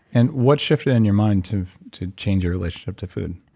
and what shifted in your mind to to change your relationship to food?